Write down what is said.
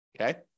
okay